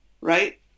right